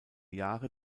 jahre